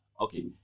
okay